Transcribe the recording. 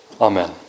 Amen